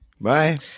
Bye